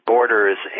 Borders